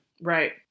right